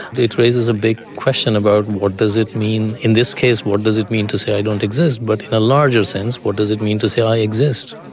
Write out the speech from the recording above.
but it raises a big question about what does it mean, in this case what does it mean to say i don't exist, but in a larger sense, what does it mean to say i exist.